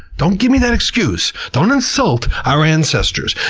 don't give me that excuse. don't insult our ancestors.